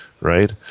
right